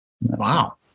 wow